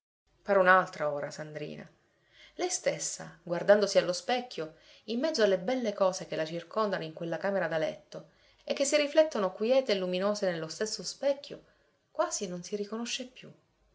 pare un'altra ora sandrina lei stessa guardandosi allo specchio in mezzo alle belle cose che la circondano in quella camera da letto e che si riflettono quiete e luminose nello stesso specchio quasi non si riconosce più